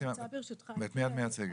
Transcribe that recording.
אושרית סטבון,